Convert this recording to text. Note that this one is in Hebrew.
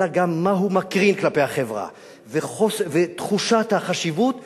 אלא גם מה הוא מקרין כלפי החברה ותחושת החשיבות והשייכות.